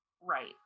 Right